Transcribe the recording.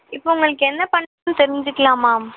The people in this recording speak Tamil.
இப்போ உங்களுக்கு என்ன பண்ணுதுன்னு தெரிஞ்சிக்கலாமா